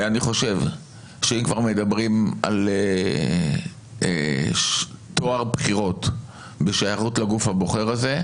אני חושב שאם כבר מדברים על טוהר בחירות בשייכות לגוף הבוחר הזה,